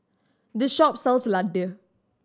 this shop sells laddu